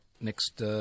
next